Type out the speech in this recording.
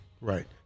right